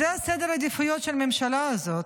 זה סדר העדיפויות של הממשלה הזאת.